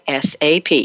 SAP